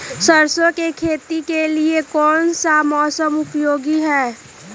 सरसो की खेती के लिए कौन सा मौसम उपयोगी है?